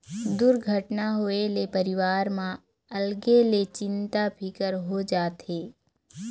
दुरघटना होए ले परिवार म अलगे ले चिंता फिकर हो जाथे